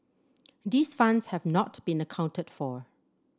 these funds have not been accounted for